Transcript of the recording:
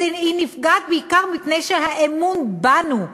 היא נפגעת בעיקר מפני שהאמון בנו,